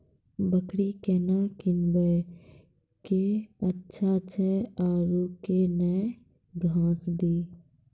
बकरी केना कीनब केअचछ छ औरू के न घास दी?